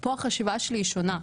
פה החשיבה שלי היא שונה.